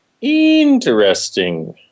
Interesting